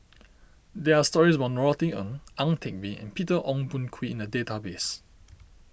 there are stories about Norothy Ng Ang Teck Bee and Peter Ong Boon Kwee in the database